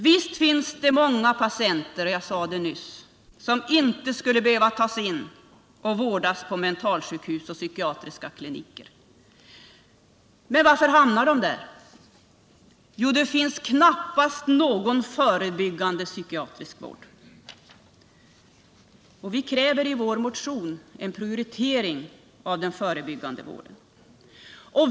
Visst finns det som jag nyss sade många patienter som inte skulle behöva tas in för vård på mentalsjukhus och psykiatriska kliniker. Men varför hamnar de där? Jo, det finns knappast någon förebyggande psykiatrisk vård. Vi kräver i vår motion en prioritering av den förebyggande vården.